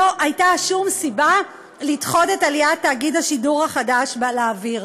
הרי לא הייתה שום סיבה לדחות את עליית תאגיד השידור החדש לאוויר.